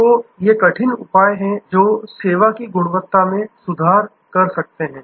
तो ये कठिन उपाय हैं जो सेवा की गुणवत्ता में सुधार कर सकते हैं